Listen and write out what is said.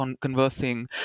conversing